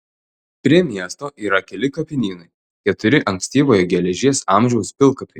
prie miesto yra keli kapinynai keturi ankstyvojo geležies amžiaus pilkapiai